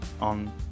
on